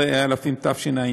19), התשע"ז